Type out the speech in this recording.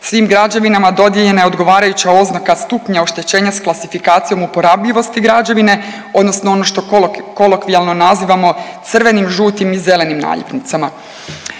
Svim građevinama dodijeljena je odgovarajuća oznaka stupnja oštećenja s klasifikacijom uporabljivosti građevine odnosno ono što kolokvijalno nazivamo crvenim, žutim i zelenim naljepnicama.